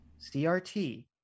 CRT